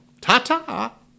Ta-ta